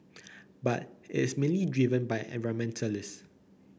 but it's mainly driven by environmentalists